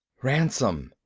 ransom,